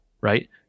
right